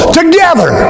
together